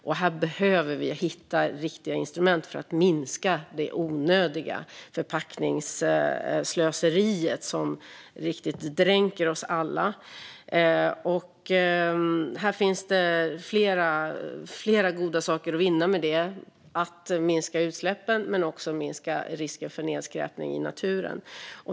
Vi behöver hitta riktiga instrument för att minska förpackningsslöseriet, som dränker oss alla. Det finns flera goda saker att vinna med det - att minska utsläppen men också att minska risken för nedskräpning i naturen.